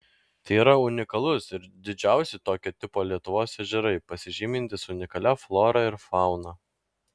tai yra unikalūs ir didžiausi tokio tipo lietuvos ežerai pasižymintys unikalia flora ir fauna